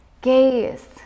gaze